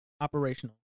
operational